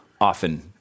often